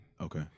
Okay